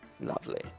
lovely